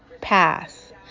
pass